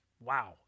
wow